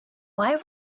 why